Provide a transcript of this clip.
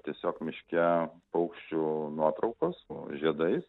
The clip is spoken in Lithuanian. tiesiog miške paukščių nuotraukos o žiedais